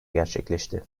gerçekleşti